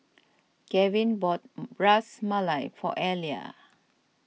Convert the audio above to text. Kevin bought Ras Malai for Elia